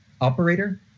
Operator